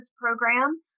program